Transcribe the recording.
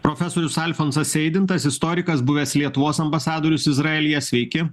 profesorius alfonsas eidintas istorikas buvęs lietuvos ambasadorius izraelyje sveiki